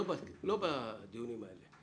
לא בדיונים האלה.